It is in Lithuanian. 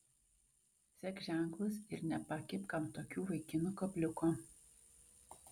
sek ženklus ir nepakibk ant tokių vaikinų kabliuko